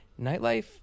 nightlife